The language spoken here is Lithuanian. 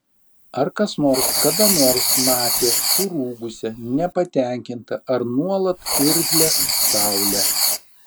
ar kas nors kada nors matė surūgusią nepatenkintą ar nuolat irzlią saulę